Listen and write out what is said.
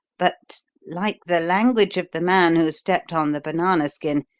but, like the language of the man who stepped on the banana skin,